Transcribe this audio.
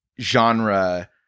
genre